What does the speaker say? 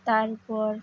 তারপর